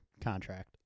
contract